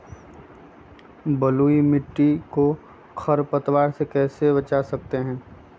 बलुई मिट्टी को खर पतवार से कैसे बच्चा सकते हैँ?